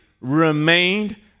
remained